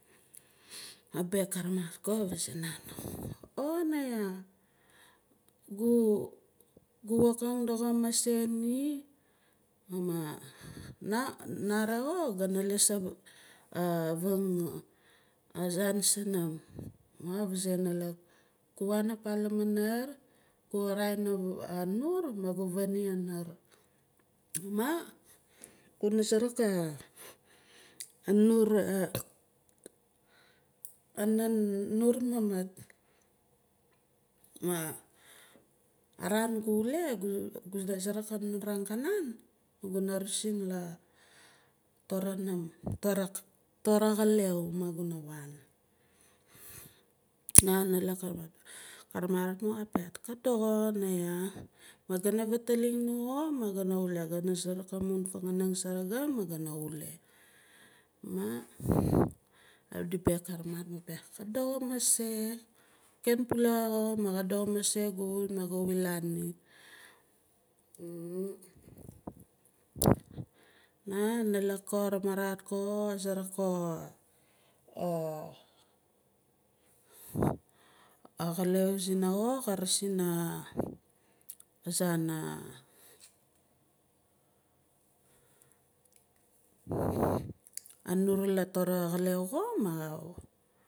A baayaak ka namarat ko ka fasae naan oh naiyau gu wokang doxo mase ni ma nare xo kana laas a vang zaan sunum ma ka vazae a nalak gu waan apa lamanar gu a raa- in anor ma gu vaani anur ma guna suruk anur mamat ma araan gu wule gu suruk anur angkanan ma guna resin la toranum la toraaxaleu ma guna waan maa analak go ramarat maa ka piaat ka doxo niaya ma kana vataling nu xo magana wule kana suruk ramarat ma ka piaat ka dox mase gu ken pule xo ma ka do ka sarak ko axaleu zina xo ka resin azaan anor la tora axaleu xo maa